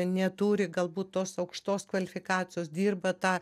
neturi galbūt tos aukštos kvalifikacijos dirba tą